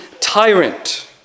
tyrant